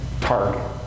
target